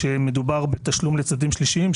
שמדובר בתשלום לצדדים שלישיים,